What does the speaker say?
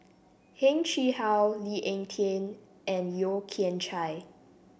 Heng Chee How Lee Ek Tieng and Yeo Kian Chye